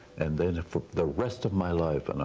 and then for the rest of my life, and